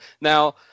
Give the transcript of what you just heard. Now